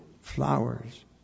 flowers